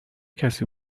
کسی